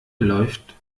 läuft